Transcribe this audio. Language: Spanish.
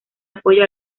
apoyo